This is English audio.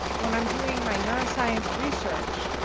when i'm doing my neuroscience research,